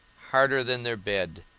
harder than their bed,